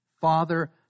father